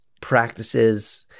practices